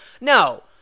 No